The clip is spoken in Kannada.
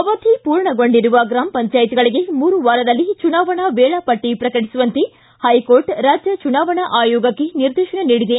ಅವಧಿ ಪೂರ್ಣಗೊಂಡಿರುವ ಗ್ರಾಮ ಪಂಚಾಯತ್ಗಳಿಗೆ ಮೂರು ವಾರದಲ್ಲಿ ಚುನಾವಣಾ ವೇಳಾಪಟ್ಟ ಪ್ರಕಟಿಸುವಂತೆ ಹೈಕೋರ್ಟ್ ರಾಜ್ಯ ಚುನಾವಣಾ ಆಯೋಗಕ್ಕೆ ನಿರ್ದೇಶನ ನೀಡಿದೆ